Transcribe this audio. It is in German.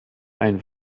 ein